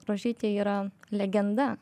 rožytė yra legenda